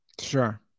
Sure